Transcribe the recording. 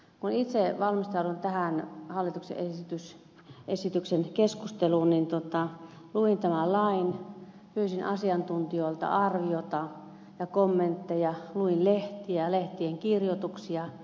kun itse valmistauduin tähän hallituksen esityksen keskusteluun niin luin tämän lain pyysin asiantuntijoilta arvioita ja kommentteja luin lehtiä lehtien kirjoituksia